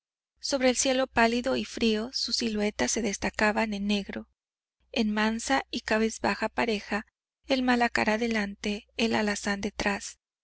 sobre el cielo pálido y frío sus siluetas se destacaban en negro en mansa y cabizbaja pareja el malacara delante el alazán detrás